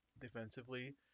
defensively